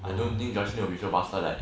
I don't joycelyn would be so bastard like